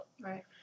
Right